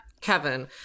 Kevin